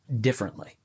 differently